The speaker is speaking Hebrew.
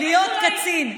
"להיות קצין".